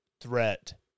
threat